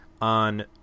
on